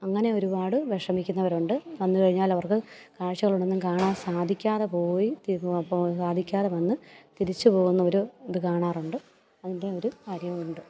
അങ്ങനെ ഒരുപാട് വിഷമിക്കുന്നവരുണ്ട് വന്നു കഴിഞ്ഞാൽ അവർക്ക് കാഴ്ചകളൊന്നും കാണാൻ സാധിക്കാതെ പോവുകയും അപ്പോള് സാധിക്കാതെ പോന്ന് തിരിച്ചു പോകുന്ന ഒരു ഇത് കാണാറുണ്ട് അതിൻ്റെ ഒരു കാര്യമുണ്ട്